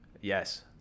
yes